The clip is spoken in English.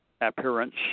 appearance